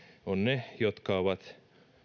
on ne jotka ovat